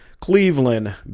Cleveland